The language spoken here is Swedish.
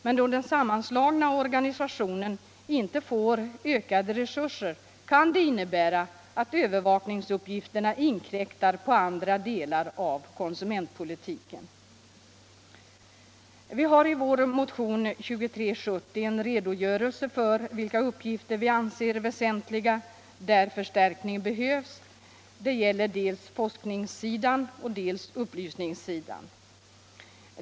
Men då den sammanslagna organisationen inte får ökade resurser, kan det innebära att övervakningsuppgifterna inkräktar på andra delar av konsumentpolitiken. Vi har i vår motion 2370 en redogörelse för vilka uppgifter vi anser väsentliga och för vilka en förstärkning behövs; det gäller dels forskningssidan, dels upplysningssidan.